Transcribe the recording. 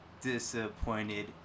disappointed